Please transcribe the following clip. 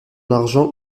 argent